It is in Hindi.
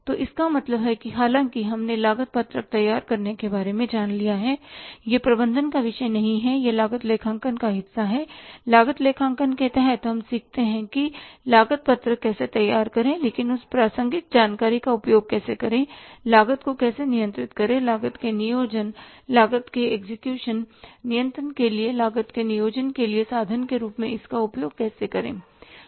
तो इसका मतलब है कि हालांकि हमने लागत पत्रक तैयार करने के बारे में जान लिया है यह प्रबंधन का विषय नहीं है यह लागत लेखांकन का हिस्सा है लागत लेखांकन के तहत हम सीखते हैं कि लागत पत्रक कैसे तैयार करें लेकिन उस प्रासंगिक जानकारी का उपयोग कैसे करें लागत को कैसे नियंत्रित करें लागत के नियोजन लागत के एग्जीक्यूशन नियंत्रण के लिए लागत के नियोजन के लिए साधन के रूप में इसका उपयोग कैसे करें